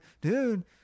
dude